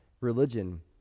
Religion